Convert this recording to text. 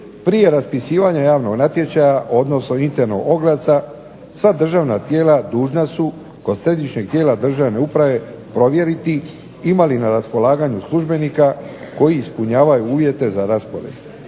Prije raspisivanja javnog natječaja odnosno internog oglasa sva državna tijela dužna su kroz središnjeg tijela državne uprave provjeriti ima li na raspolaganju službenika koji ispunjavaju uvjete za raspored.